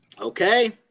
Okay